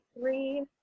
three